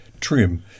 trim